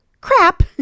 crap